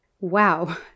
Wow